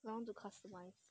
I want to customise